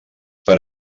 per